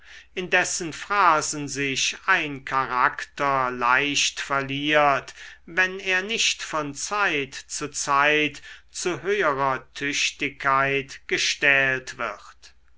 in dessen phrasen sich ein charakter leicht verliert wenn er nicht von zeit zu zeit zu höherer tüchtigkeit gestählt wird